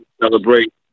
celebrate